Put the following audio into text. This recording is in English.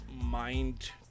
mind